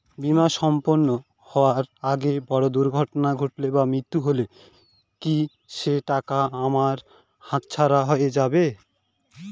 বীমা সম্পূর্ণ হওয়ার আগে বড় দুর্ঘটনা ঘটলে বা মৃত্যু হলে কি সেইটাকা আমার হাতছাড়া হয়ে যাবে?